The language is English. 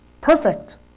perfect